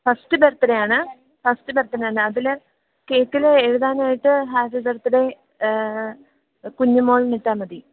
first ബര്ത്ത്ഡേയാണ് first birthday ആണ് അതിൽ കേക്കിൽ എഴുതാനായിട്ട് ഹാപ്പി ബര്ത്ത്ഡേ കുഞ്ഞുമോള് എന്നിട്ടാൽ മതി